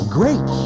great